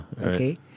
Okay